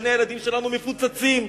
גני-הילדים שלנו מפוצצים.